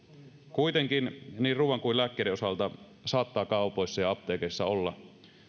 kuitenkin niin ruuan kuin lääkkeiden osalta saattaa kaupoissa ja apteekeissa olla